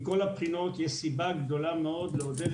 מכל הבחינות יש סיבה גדולה מאוד לעודד